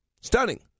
Stunning